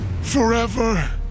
Forever